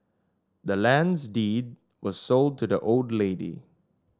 the land's deed was sold to the old lady